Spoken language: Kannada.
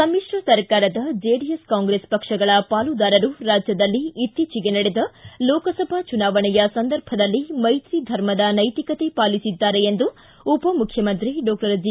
ಸಮಿತ್ರ ಸರ್ಕಾರದ ಜೆಡಿಎಸ್ ಕಾಂಗ್ರೆಸ್ ಪಕ್ಷಗಳ ಪಾಲುದಾರರು ರಾಜ್ಯದಲ್ಲಿ ಇತ್ತೀಚಿಗೆ ನಡೆದ ಲೋಕಸಭಾ ಚುನಾವಣೆಯ ಸಂದರ್ಭದಲ್ಲಿ ಮೈತ್ರಿ ಧರ್ಮದ ನೈತಿಕತೆ ಪಾಲಿಸಿದ್ದಾರೆ ಎಂದು ಉಪಮುಖ್ಯಮಂತ್ರಿ ಡಾಕ್ಟರ್ ಜಿ